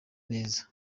neza